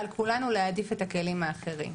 על כולנו להעדיף את הכלים האחרים.